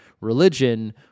religion